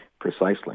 Precisely